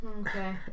Okay